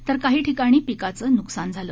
तर काही ठिकाणी पिकाचं नुकसान झालं